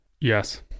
Yes